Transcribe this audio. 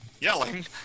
yelling